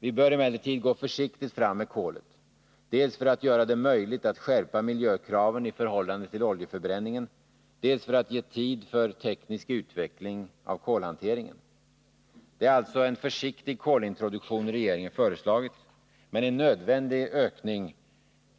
Vi bör emellertid gå försiktigt fram med kolet, dels för att göra det möjligt att skärpa miljökraven i förhållande till oljeförbränningen, dels för att ge tid för teknisk utveckling av kolhanteringen. Det är alltså en försiktig kolintroduktion regeringen föreslagit. Men det är en nödvändig ökning